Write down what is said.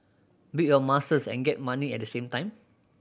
build your muscles and get money at the same time